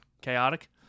chaotic